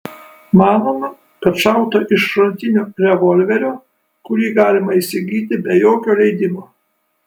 manoma kad šauta iš šratinio revolverio kurį galima įsigyti be jokio leidimo